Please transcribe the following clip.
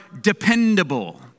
dependable